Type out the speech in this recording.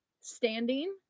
standing